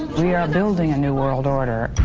we are building a new world order.